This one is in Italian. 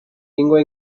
lingua